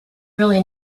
really